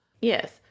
Yes